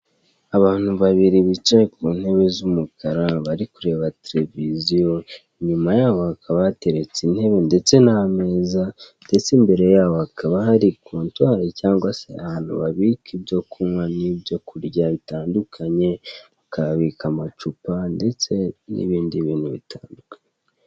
Abantu babiri bicaye ku ntebe z'umukara bari kureba televiziyo, inyuma yabo hakaba hateretse intebe ndetse n'ameza, ndetse imbere yabo hakaba hari kontwali cyangwa se ahantu babika ibyo kunywa n'ibyo kurya bitandukanye, bakahabika amacupa ndetse n'ibindi bintu bitandukanye.